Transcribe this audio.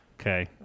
okay